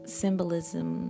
symbolism